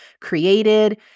created